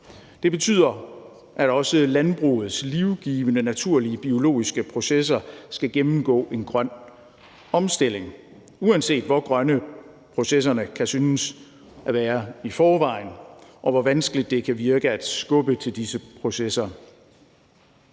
Det betyder, at også landbrugets livgivende naturlige biologiske processer skal gennemgå en grøn omstilling, uanset hvor grønne processerne kan synes at være i forvejen og hvor vanskeligt det kan virke at skubbe til disse processer.